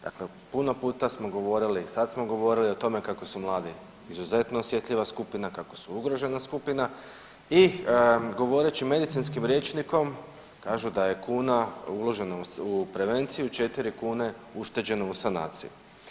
Dakle, puno puta smo govorili, sad smo govorili o tome kako su mladi izuzetno osjetljiva skupina, kako su ugrožena skupina i govoreći medicinskim rječnikom kažu da je kuna uložena u prevenciju 4 kune ušteđene u sanaciji.